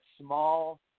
small –